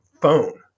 phone